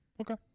Okay